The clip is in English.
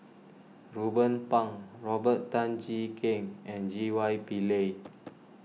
Ruben Pang Robert Tan Jee Keng and J Y Pillay